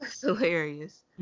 hilarious